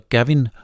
Gavin